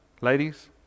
Ladies